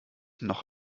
noch